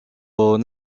aux